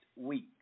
week